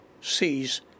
sees